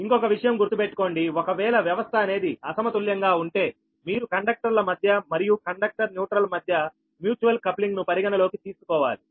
ఇంకొక విషయం గుర్తు పెట్టుకోండి ఒకవేళ వ్యవస్థ అనేది అసమతుల్యంగా ఉంటే మీరు కండక్టర్ ల మధ్య మరియు కండక్టర్ న్యూట్రల్ మధ్య మ్యూచువల్ కప్లింగ్ ను పరిగణలోకి తీసుకోవాలి